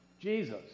Jesus